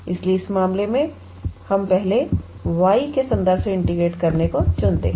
इसलिए इस मामले में हम पहले y के संदर्भ में इंटीग्रेटेड करना चुनते हैं